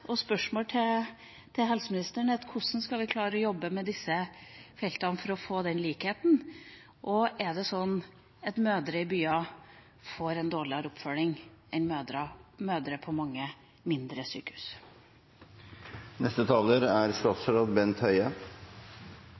mitt spørsmål til helseministeren er: Hvordan skal vi klare å jobbe med disse feltene for å få denne likheten, og er det sånn at mødre i byer får en dårligere oppfølging enn mødre på mange mindre sykehus? Først vil jeg takke interpellanten for å reise denne viktige diskusjonen. En fødsel er